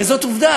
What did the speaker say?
הרי זאת עובדה,